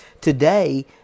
today